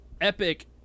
epic